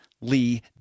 Lee